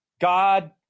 God